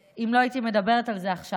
שאם לא הייתי מדברת על זה עכשיו,